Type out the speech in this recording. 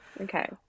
Okay